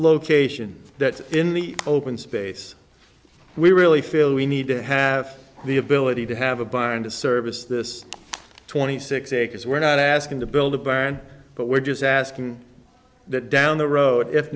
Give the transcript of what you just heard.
location that in the open space we really feel we need to have the ability to have a buy into service this twenty six acres we're not asking to build a barn but we're just asking that down the road if